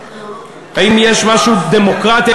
האם יש משהו יותר דמוקרטי?